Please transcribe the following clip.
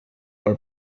por